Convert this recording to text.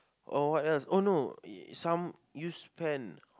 oh what else oh no some used pen